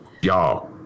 y'all